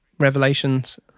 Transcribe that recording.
revelations